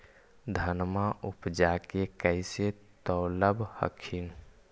धनमा उपजाके कैसे तौलब हखिन?